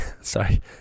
sorry